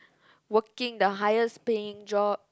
working the highest paying job